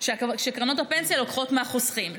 שקרנות הפנסיה לוקחות מהחוסכים.